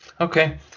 okay